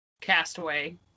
Castaway